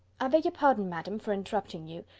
i beg your pardon, madam, for interrupting you,